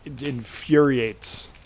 infuriates